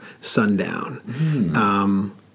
sundown